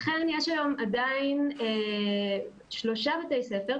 אכן יש היום עדיין שלושה בתי ספר,